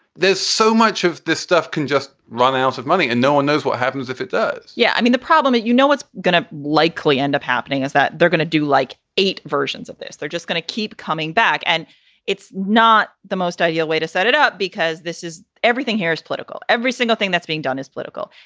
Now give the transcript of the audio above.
there's so much of this stuff can just run out of money and no one knows what happens if it does yeah. i mean, the problem is, you know, what's going to likely end up happening is that they're going to do like eight versions of this. they're just gonna keep coming back. and it's not the most ideal way to set it up, because this is everything here is political. every single thing that's being done is political.